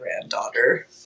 granddaughter